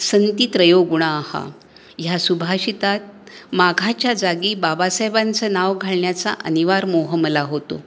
सन्ति त्रयो गुणा ह्या सुभाषितात माघाच्या जागी बाबासाहेबांचं नाव घालण्याचा अनिवार मोह मला होतो